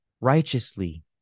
righteously